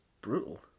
brutal